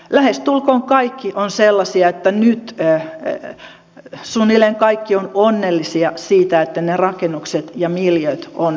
sitten kumoutuivat ovat sellaisia että nyt suunnilleen kaikki ovat onnellisia siitä että ne rakennukset ja miljööt ovat säilyneet